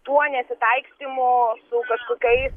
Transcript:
tuo nesitaikstymu su kažkokiais